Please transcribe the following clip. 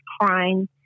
crying